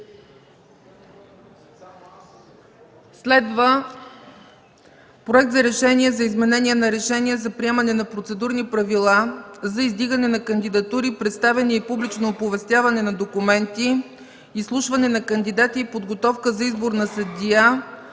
с мотиви. „РЕШЕНИЕ за изменение на Решение за приемане на Процедурни правила за издигане на кандидатури, представяне и публично оповестяване на документи, изслушване на кандидати и подготовка за избор на съдия